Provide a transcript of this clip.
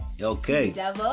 okay